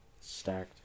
stacked